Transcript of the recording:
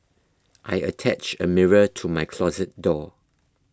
I attached a mirror to my closet door